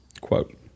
quote